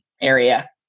area